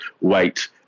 wait